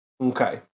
Okay